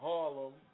Harlem